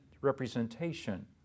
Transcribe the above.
representation